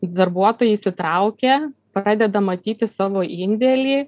darbuotojai įsitraukia pradeda matyti savo indėlį